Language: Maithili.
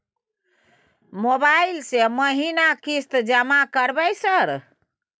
मोबाइल से महीना किस्त जमा करबै सर?